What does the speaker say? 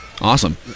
Awesome